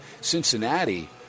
Cincinnati